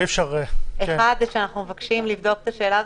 אומרים לי שזה משהו שמקביל לטיפול פסיכולוגי.